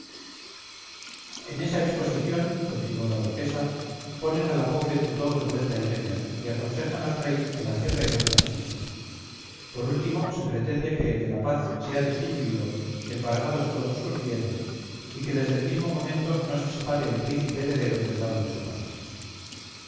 en esa exposición continuó la duquesa ponen a la pobre tudó de vuelta y media y aconsejan al rey que la encierre en un castillo por último se pretende que el de la paz sea destituido embargados todos sus bienes y que desde el mismo momento no se separe el príncipe heredero del lado de su padre